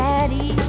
Daddy